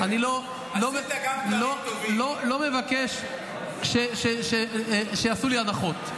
אני לא מבקש שיעשו לי הנחות.